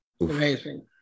Amazing